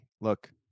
look